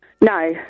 No